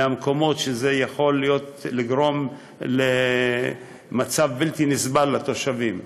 מהמקומות שבהם זה יכול לגרום למצב בלתי נסבל לתושבים.